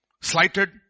slighted